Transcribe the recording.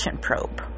probe